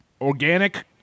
Organic